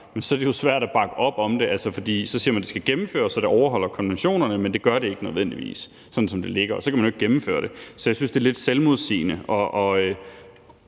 men så er det jo svært at bakke op om det, for så siger man, at det skal gennemføres, så det overholder konventionerne, men det gør det ikke nødvendigvis, sådan som det ligger, og så kan man jo ikke gennemføre det. Så jeg synes, det er lidt selvmodsigende,